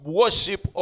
worship